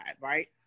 right